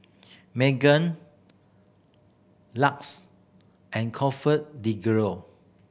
Megan LUX and ComfortDelGro